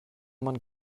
man